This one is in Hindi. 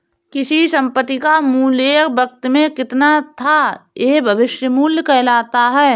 किसी संपत्ति का मूल्य एक वक़्त में कितना था यह भविष्य मूल्य कहलाता है